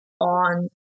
on